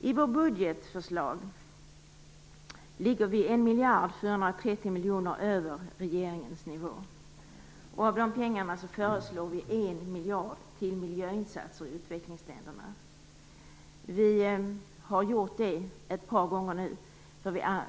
I vårt budgetförslag ligger vi 1 430 000 000 över regeringens nivå. Av de pengarna föreslår vi 1 miljard till miljöinsatser i utvecklingsländerna. Vi har gjort det ett par gånger nu.